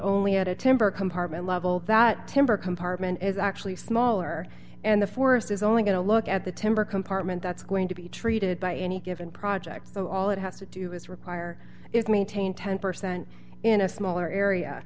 only at a timber compartment level that timber compartment is actually smaller and the forest is only going to look at the timber compartment that's going to be treated by any given project so all it has to do is require is maintained ten percent in a smaller area